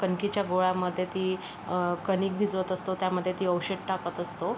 कणकेच्या गोळामध्ये ती कणिक भिजवत असतो त्यामध्ये ती औषध टाकत असतो